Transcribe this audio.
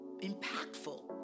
impactful